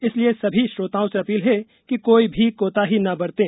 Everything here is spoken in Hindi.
इसलिए सभी श्रोताओं से अपील है कि कोई भी कोताही न बरतें